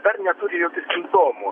dar neturi jokių simptomų